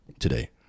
today